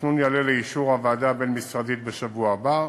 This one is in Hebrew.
התכנון יעלה לאישור הוועדה הבין-משרדית בשבוע הבא.